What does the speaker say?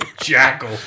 jackal